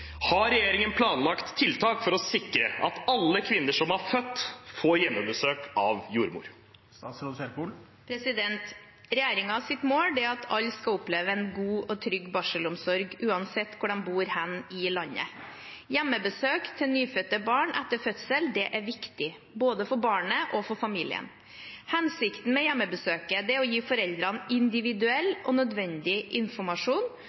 Har regjeringen planlagt tiltak for å sikre at alle kvinner som har født får hjemmebesøk av jordmor?» Regjeringens mål er at alle skal oppleve en god og trygg barselomsorg, uansett hvor de bor i landet. Hjemmebesøk til nyfødte barn etter fødsel er viktig, både for barnet og for familien. Hensikten med hjemmebesøket er å gi foreldrene individuell og nødvendig informasjon,